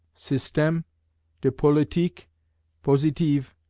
systeme de politique positive,